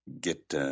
Get –